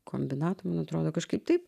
kombinato man atrodo kažkaip taip